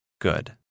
Good